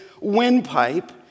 windpipe